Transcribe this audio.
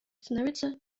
становится